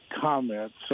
Comments